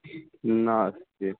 नास्ति